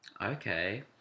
okay